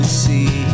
see